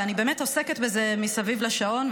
ואני באמת עוסקת בזה מסביב לשעון.